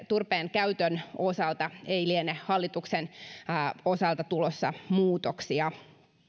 turpeen käytön osalta ei liene hallituksen osalta tulossa muutoksia